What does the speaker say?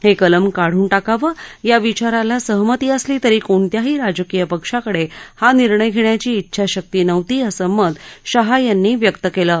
हा केलम काढून टाकावं या विचाराला सहमती असली तरी कोणत्याही राजकीय पक्षाकडळि निर्णय घण्याची उंछाशक्ती नव्हती असं मत शहा यांनी व्यक्त कलि